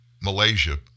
Malaysia